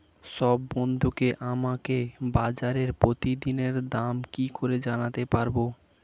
সব বন্ধুকে আমাকে বাজারের প্রতিদিনের দাম কি করে জানাতে পারবো?